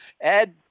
Ed